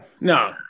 No